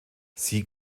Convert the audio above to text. sie